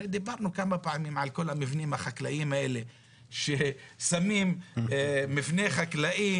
הרי דיברנו כמה פעמים על כל המבנים החקלאיים האלה ששמים מבנה חקלאי